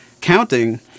counting